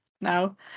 now